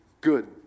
good